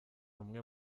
umwe